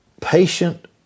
patient